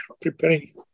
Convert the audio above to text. preparing